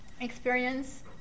experience